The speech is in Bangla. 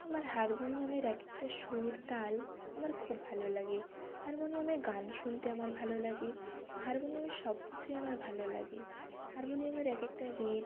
আমার হারমোনিয়ামের এক একটা সুর তাল আমার খুব ভালো লাগে হারমোনিয়ামে গান শুনতে আমার ভালো লাগে হারমোনিয়ামে সব কিছুই আমার ভালো লাগে হারমোনিয়ামের এক একটা রিড